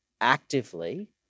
actively